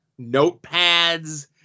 notepads